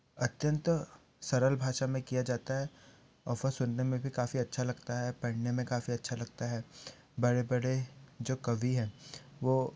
अत्यंत सरल भाषा में किया जाता है और फिर सुनने में भी काफ़ी अच्छा लगता है पढ़ने में काफ़ी अच्छा लगता है बड़े बड़े जो कवि हैं वो